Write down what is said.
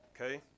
Okay